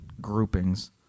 groupings